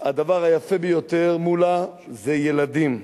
הדבר היפה ביותר, מולה, זה ילדים.